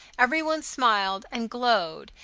every one smiled and glowed,